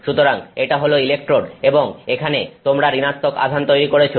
সুতরাং এটা হল ইলেকট্রোড এবং এখানে তোমরা ঋণাত্মক আধান তৈরি করেছো